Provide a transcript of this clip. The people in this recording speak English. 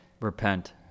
repent